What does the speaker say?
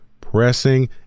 pressing